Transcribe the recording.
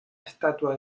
estatua